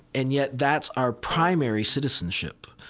and yet that's our primary citizenship.